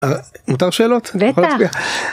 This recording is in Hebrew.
מותר שאלות? בטח